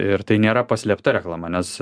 ir tai nėra paslėpta reklama nes